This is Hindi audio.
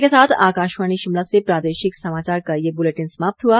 इसी के साथ आकाशवाणी शिमला से प्रादेशिक समाचार का ये बुलेटिन समाप्त हुआ